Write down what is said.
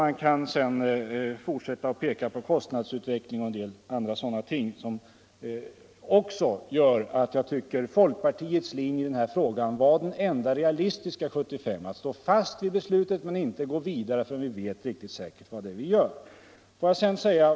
Jag kan fortsätta uppräkningen och peka på kostnadsutvecklingen och en del andra ting som också gör att jag tycker att folkpartiets linje i den här frågan 1975 var den enda realistiska — att stå fast vid det redan fattade beslutet men inte gå vidare förrän vi vet riktigt säkert vad det är vi gör.